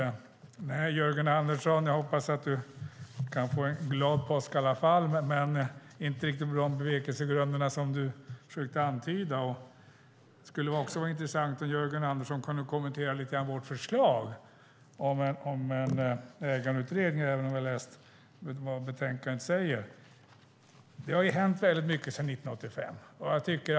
Nej, Jörgen Andersson, jag hoppas att du kan få en glad påsk i alla fall men inte riktigt på de bevekelsegrunder som du försökte antyda. Det skulle vara intressant om Jörgen Andersson kunde kommentera vårt förslag om en ägandeutredning, även om jag har läst vad som står i betänkandet. Det har hänt mycket sedan 1985.